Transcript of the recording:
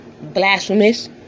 blasphemous